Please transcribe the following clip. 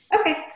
Okay